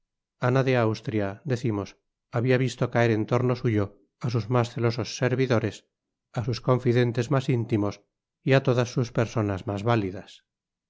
ana de austria decimos habia visto caer en torno suyo á sus mas celosos servidores á sus confidentes mas íntimos y á todas sus personas mas validas